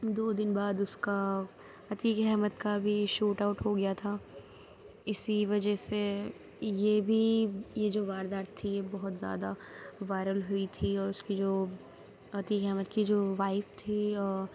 دو دِن بعد اُس کا عتیق احمد کا بھی شوٹ آؤٹ ہو گیا تھا اِسی وجہ سے یہ بھی یہ جو واردات تھی یہ بہت زیادہ وائرل ہوئی تھی اور اُس کی جو عتیق احمد کی جو وائف تھی